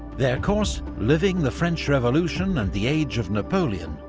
their course, living the french revolution and the age of napoleon,